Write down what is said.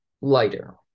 lighter